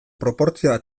proportzioa